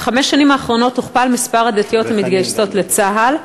בחמש השנים האחרונות הוכפל מספר הדתיות המתגייסות לצה"ל.